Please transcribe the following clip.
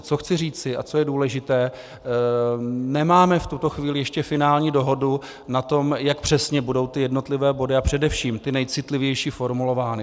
Co chci říci a co je důležité, nemáme v tuto chvíli ještě finální dohodu na tom, jak přesně budou ty jednotlivé body a především ty nejcitlivější formulovány.